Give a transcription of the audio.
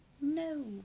no